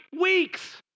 weeks